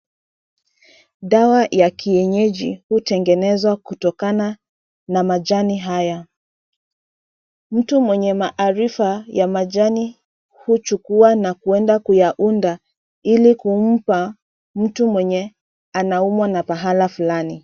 Dawa ya kienyeji hutengenezwa kutokana na majani haya. Mtu mwenye maarifa ya majani huchukua na kuenda kuyaunda ili kumpa mtu mwenye anaumwa na pahala fulani.